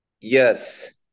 Yes